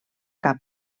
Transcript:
cap